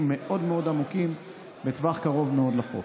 מאוד מאוד גדולים בטווח קרוב מאוד לחוף.